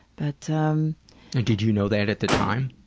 but um did you know that at the time?